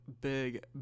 big